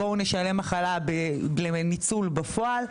בואו נשלם מחלה לניצול בפועל.